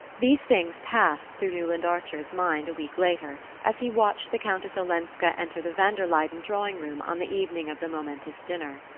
these things passed through newland archer's mind a week later as he watched the countess olenska enter the van der luyden drawing-room on the evening of the momentous dinner.